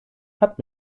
hat